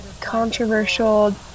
controversial